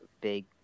big